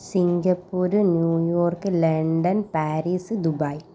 Singapore New York London Paris Dubai